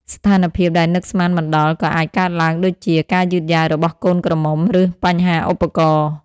ស្ថានភាពដែលនឹកស្មានមិនដល់ក៏អាចកើតឡើងដូចជា ការយឺតយ៉ាវរបស់កូនក្រមុំ ឬបញ្ហាឧបករណ៍។